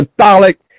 Catholic